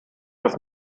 das